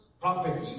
property